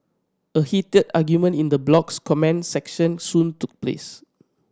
a heated argument in the blog's comment section soon took place